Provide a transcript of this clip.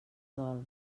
dol